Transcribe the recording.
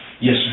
Yes